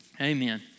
amen